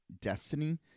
destiny